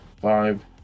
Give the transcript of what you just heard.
Five